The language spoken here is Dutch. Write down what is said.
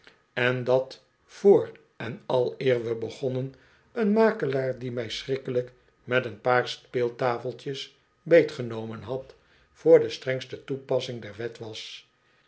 en dat voor en aleer we begonnen een makelaar die mij schrikkelijk met een paar speeltafeltjes beetgenomen had voor de strengste toepassing deiwet was